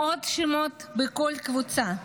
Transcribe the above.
מאות שמות בכל קבוצה,